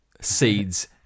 seeds